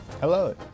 Hello